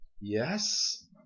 Yes